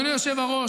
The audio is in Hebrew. אדוני היושב-ראש,